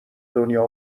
دنیا